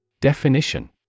Definition